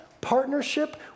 partnership